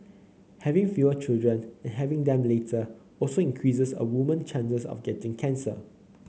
having fewer children and having them later also increases a woman chances of getting cancer